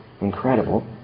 incredible